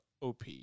OP